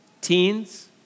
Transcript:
Teens